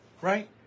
Right